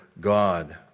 God